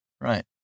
Right